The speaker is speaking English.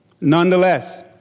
Nonetheless